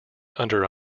under